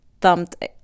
thumped